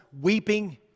weeping